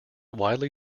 widely